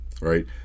right